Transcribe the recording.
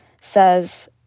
says